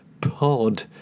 pod